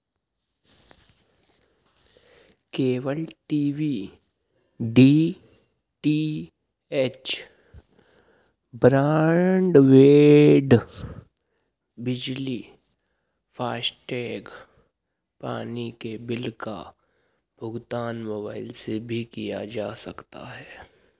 cable TV DTH, broadband, बिजली, FASTag, पानी के बिल का भुगतान मोबाइल से भी किया जा सकता है